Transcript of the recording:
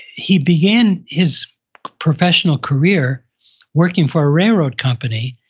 he began his professional career working for a railroad company,